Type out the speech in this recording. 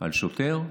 על שוטר,